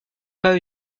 pas